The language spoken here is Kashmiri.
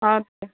اَدٕ کیٛاہ